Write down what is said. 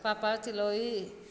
पापड़ तिलौरी